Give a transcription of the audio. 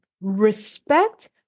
respect